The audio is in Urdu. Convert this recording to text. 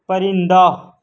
پرندہ